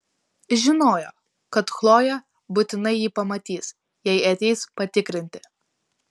žinojo kad chlojė būtinai jį pamatys jei ateis patikrinti